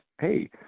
hey